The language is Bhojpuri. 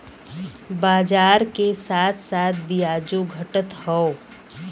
बाजार के साथ साथ बियाजो घटत हौ